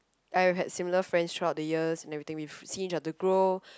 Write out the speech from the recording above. I've had similar friends throughout the years and everything we've seen each other grow